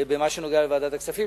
במה שנוגע לוועדת הכספים.